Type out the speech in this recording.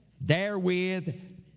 therewith